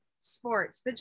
sports